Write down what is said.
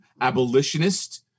abolitionist